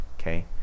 okay